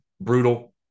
brutal